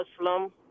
Muslim